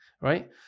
right